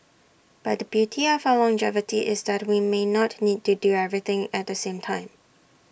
but the beauty of our longevity is that we may not need to do everything at the same time